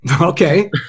Okay